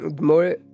more